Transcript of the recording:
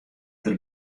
der